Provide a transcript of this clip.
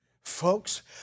Folks